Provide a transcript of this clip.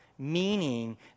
meaning